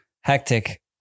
hectic